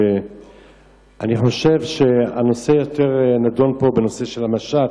אני חושב שהנושא שנדון פה יותר זה הנושא של המשט,